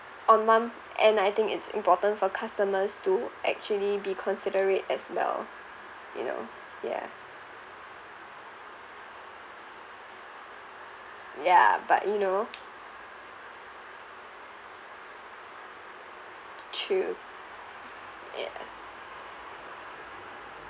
on one and I think it's important for customers to actually be considerate as well you know ya ya but you know true ya